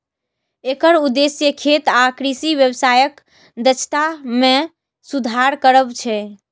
एकर उद्देश्य खेत आ कृषि व्यवसायक दक्षता मे सुधार करब छै